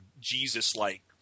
Jesus-like